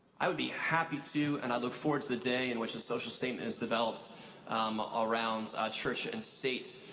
i would be happy to, and i look forward to the day, in which a social statement is developed around church and state.